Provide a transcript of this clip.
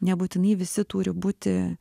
nebūtinai visi turi būti